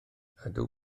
ydw